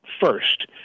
first